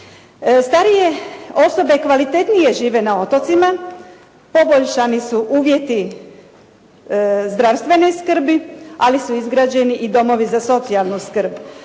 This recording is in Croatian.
Starije osobe kvalitetnije žive na otocima, poboljšani su uvjeti zdravstvene skrbi, ali su izgrađeni i domovi za socijalnu skrb.